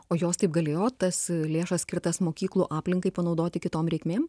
o jos taip galėjo tas lėšas skirtas mokyklų aplinkai panaudoti kitom reikmėm